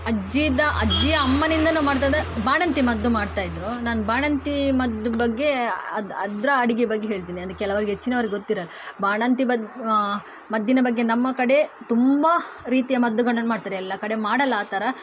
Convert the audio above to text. ಅಜ್ಜಿದ ಅಜ್ಜಿಯ ಅಮ್ಮನಿಂದ ನಾವು ಮಾಡೋದೆಂದ್ರೆ ಬಾಣಂತಿ ಮದ್ದು ಮಾಡ್ತಾಯಿದ್ರು ನಾನು ಬಾಣಂತಿ ಮದ್ದು ಬಗ್ಗೆ ಅದರ ಅಡುಗೆ ಬಗ್ಗೆ ಹೇಳ್ತೀನಿ ಅಂದರೆ ಕೆಲವರಿಗೆ ಹೆಚ್ಚಿನವರಿಗೆ ಗೊತ್ತಿರಲ್ಲ ಬಾಣಂತಿ ಮದ್ದಿನ ಬಗ್ಗೆ ನಮ್ಮ ಕಡೆ ತುಂಬ ರೀತಿಯ ಮದ್ದುಗಳನ್ನ ಮಾಡ್ತಾರೆ ಎಲ್ಲ ಕಡೆ ಮಾಡಲ್ಲ ಆ ಥರ